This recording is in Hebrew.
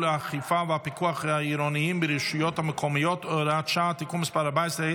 האכיפה והפיקוח העירוניים ברשויות המקומיות (הוראת שעה) (תיקון מס' 14),